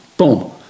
Boom